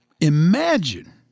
Imagine